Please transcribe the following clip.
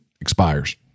expires